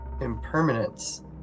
impermanence